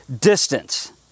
distance